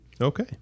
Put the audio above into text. Okay